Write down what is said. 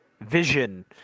vision